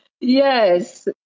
Yes